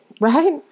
right